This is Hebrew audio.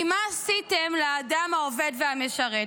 כי מה עשיתם לאדם העובד והמשרת?